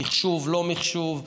מִחשוב, לא מִחשוב,